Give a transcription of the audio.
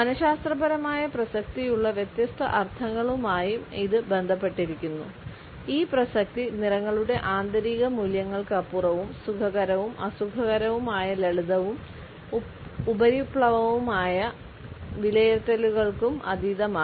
മനശാസ്ത്രപരമായ പ്രസക്തിയുള്ള വ്യത്യസ്ത അർത്ഥങ്ങളുമായും ഇത് ബന്ധപ്പെട്ടിരിക്കുന്നു ഈ പ്രസക്തി നിറങ്ങളുടെ ആന്തരിക മൂല്യങ്ങൾക്കപ്പുറവും സുഖകരവും അസുഖകരവുമായ ലളിതവും ഉപരിപ്ലവവുമായ വിലയിരുത്തലുകൾക്കും അതീതമാണ്